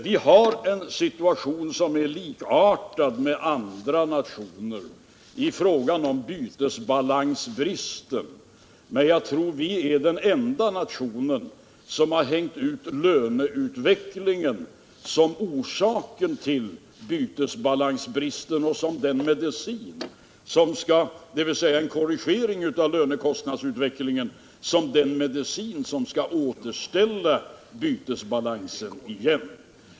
Vårt land är i en situation som är likartad andra nationers i fråga om bytesbalansbristen, men jag tror att Sverige är den enda nation som har förklarat att löneutvecklingen är orsaken till bytesbalansbristen och att en korrigering av lönekostnadsutvecklingen är den medicin som skall återställa bytesbalansen igen.